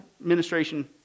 administration